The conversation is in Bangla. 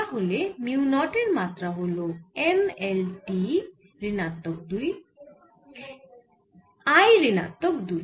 তাহলে মিউ নট এর মাত্রা হল M L T ঋণাত্মক দুই I ঋণাত্মক দুই